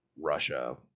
Russia